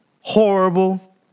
horrible